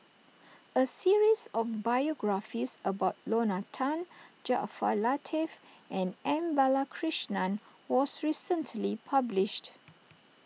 a series of biographies about Lorna Tan Jaafar Latiff and M Balakrishnan was recently published